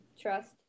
Trust